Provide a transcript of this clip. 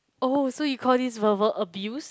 oh so you call this verbal abuse